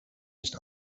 nicht